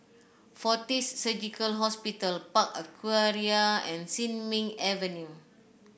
Fortis Surgical Hospital Park Aquaria and Sin Ming Avenue